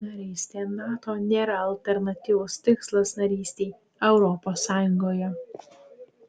narystė nato nėra alternatyvus tikslas narystei europos sąjungoje